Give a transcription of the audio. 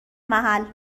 محل